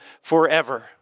forever